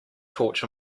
torch